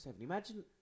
Imagine